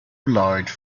large